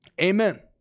Amen